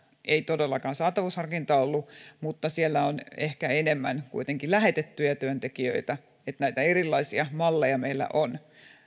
ei todellakaan saatavuusharkintaa ollut mutta siellä on ehkä enemmän kuitenkin lähetettyjä työntekijöitä eli näitä erilaisia malleja meillä on